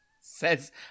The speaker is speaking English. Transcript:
says